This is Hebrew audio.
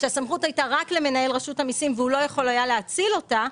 שהסמכות הייתה רק למנהל רשות המיסים והוא לא יכול היה להאציל אותה,